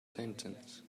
sentence